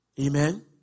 Amen